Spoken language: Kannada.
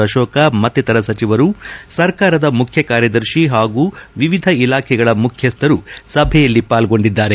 ಅಶೋಕ ಮತ್ತಿತರ ಸಚಿವರು ಸರ್ಕಾರದ ಮುಖ್ಯಕಾರ್ಯದರ್ತಿ ಹಾಗೂ ವಿವಿಧ ಇಲಾಖೆಗಳ ಮುಖ್ಯಸ್ವರು ಸಭೆಯಲ್ಲಿ ಪಾಲ್ಗೊಂಡಿದ್ದಾರೆ